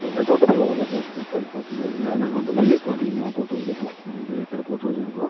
எங்கள் தோட்டத்தில் வளர்ற பூக்கள் பார்த்திங்க அப்படினா நாங்கள் வந்து மல்லிகப் பூ அதிகமாக போட்டு வச்சுருக்கோம் ஒரு ரெண்டு ஏக்கர் போட்டு வச்சுருக்கோம்